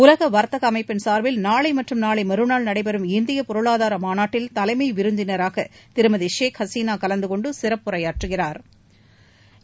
உலக வர்த்தக அமைப்பின் சார்பில் நாளை மற்றும் நாளை மறுநாள் நடைபெறும் இந்திய பொருளாதார மாநாட்டில் தலைமை விருந்தினராக திருமதி ஷேக் ஹசினா கலந்துகொண்டு சிறப்புரையாற்றுகிறாா்